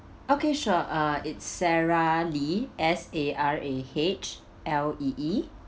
okay sure uh it's sarah lee S A R A H L E E